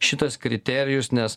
šitas kriterijus nes